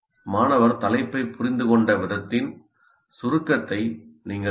மாணவர் தலைப்பைப் புரிந்துகொண்ட விதத்தின் சுருக்கத்தை எழுத வேண்டும்